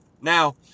Now